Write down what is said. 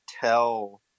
tell